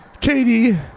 Katie